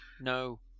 No